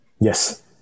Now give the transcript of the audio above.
Yes